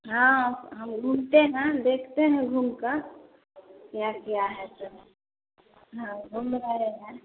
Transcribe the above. हाँ हम घूमते हैं देखते हैं घूमकर क्या क्या है सब हाँ घूम रहे हैं